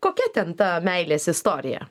kokia ten ta meilės istorija